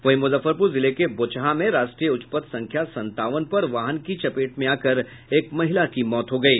वहीं मुजफ्फरपुर जिले के बोचहा में राष्ट्रीय उच्च पथ संख्या संतावन पर वाहन की चपेट में आकर एक महिला की मौत हो गयी